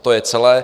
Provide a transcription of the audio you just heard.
To je celé.